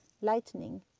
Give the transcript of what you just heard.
lightning